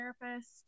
therapist